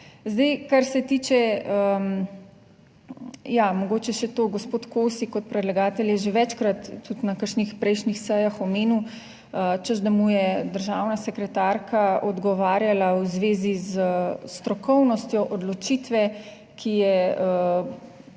Zdaj, kar se tiče, ja, mogoče še to. Gospod Kosi kot predlagatelj je že večkrat, tudi na kakšnih prejšnjih sejah omenil, češ da mu je državna sekretarka odgovarjala v zvezi s strokovnostjo odločitve, ki je bojda